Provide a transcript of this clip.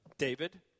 David